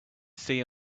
see